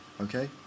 Okay